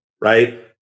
right